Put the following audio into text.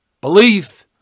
belief